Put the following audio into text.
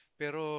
pero